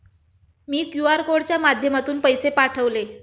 मी QR कोडच्या माध्यमातून पैसे पाठवले